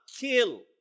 kill